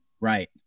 Right